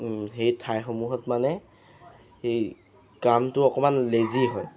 সেই ঠাইসমূহত মানে সেই কামটো অকণমান লেজি হয়